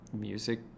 music